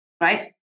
right